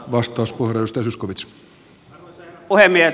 arvoisa herra puhemies